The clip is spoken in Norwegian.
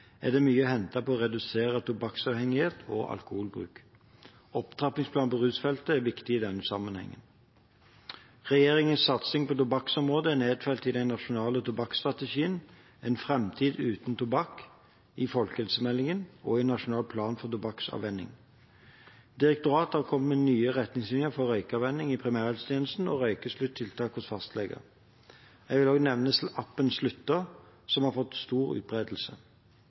er det mye å hente på å redusere tobakksavhengighet og alkoholbruk. Opptrappingsplanen for rusfeltet er viktig i denne sammenhengen. Regjeringens satsing på tobakksområdet er nedfelt i den nasjonale tobakksstrategien «En framtid uten tobakk», i folkehelsemeldingen og i Nasjonal plan for tobakksavvenning. Direktoratet har kommet med nye retningslinjer for røykavvenning i primærhelsetjenesten og røykesluttiltak hos fastleger. Jeg vil også nevne appen «Slutta» som har fått stor utbredelse,